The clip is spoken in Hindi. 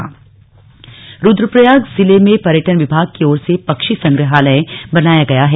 पक्षी संग्रहालय रुद्रप्रयाग जिले में पर्यटन विभाग की ओर से पक्षी संग्रहालय बनाया गया है